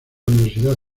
universidad